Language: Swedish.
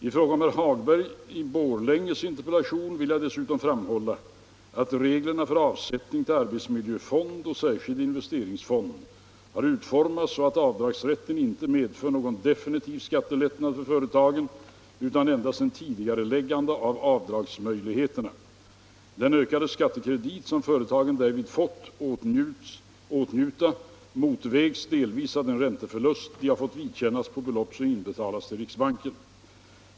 I fråga om herr Hagbergs i Borlänge interpellation vill jag dessutom framhålla att reglerna för avsättning till arbetsmiljöfond och särskild investeringsfond utformats så att avdragsrätten inte medför någon definitiv skattelättnad för företagen utan endast ett tidigareläggande av avdragsmöjligheter. Den ökade skattekredit som företagen därvid fått åtnjuta motvägs delvis av den ränteförlust de fått vidkännas på belopp som inbetalats till riksbanken.